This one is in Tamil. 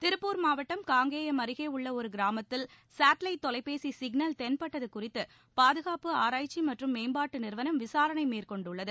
திருப்பூர் மாவட்டம் காங்கேயம் அருகே உள்ள ஒரு கிராமத்தில் சேட்டலைட் தொலைபேசி சிக்னல் தென்பட்டது குறித்து பாதுகாப்பு ஆராய்ச்சி மற்றும் மேம்பாட்டு நிறுவனம் விசாரணை மேற்கொண்டுள்ளது